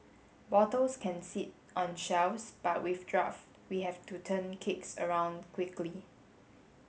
bottles can sit on shelves but with draft we have to turn kegs around quickly